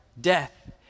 death